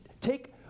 take